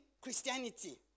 Christianity